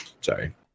Sorry